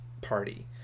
party